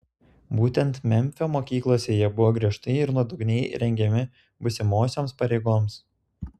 būtent memfio mokyklose jie buvo griežtai ir nuodugniai rengiami būsimosioms pareigoms